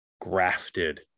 grafted